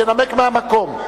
ינמק מהמקום,